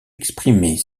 exprimer